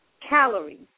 calories